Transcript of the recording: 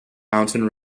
mountain